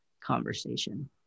conversation